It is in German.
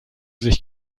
sich